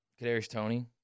Kadarius-Tony